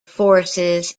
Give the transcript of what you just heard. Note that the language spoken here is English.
forces